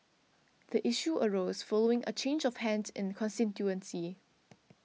the issue arose following a change of hands in the constituency